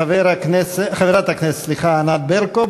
חברת הכנסת ענת ברקו,